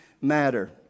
matter